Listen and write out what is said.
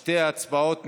שתי הצבעות נפרדות.